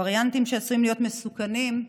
וריאנטים שעשויים להיות מסוכנים,